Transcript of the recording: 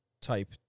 type